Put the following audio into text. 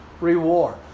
reward